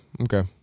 Okay